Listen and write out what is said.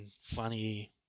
funny